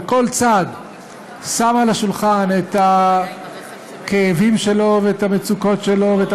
וכל צד שם על השולחן את הכאבים שלו ואת המצוקות שלו ואת